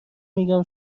میگم